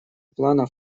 плана